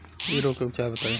इ रोग के उपचार बताई?